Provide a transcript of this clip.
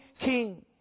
king